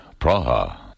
Praha